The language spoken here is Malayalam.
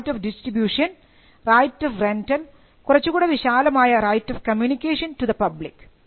right of distribution right of rental കുറച്ച് കൂടെ വിശാലമായ right of communication to the public